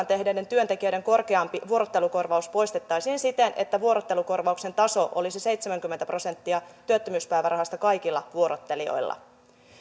tehneiden työntekijöiden korkeampi vuorottelukorvaus poistettaisiin siten että vuorottelukorvauksen taso olisi seitsemänkymmentä prosenttia työttömyyspäivärahasta kaikilla vuorottelijoilla